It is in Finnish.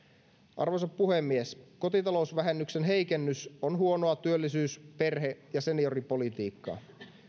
arvoisa puhemies kotitalousvähennyksen heikennys on huonoa työllisyys perhe ja senioripolitiikkaa